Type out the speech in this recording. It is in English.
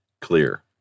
clear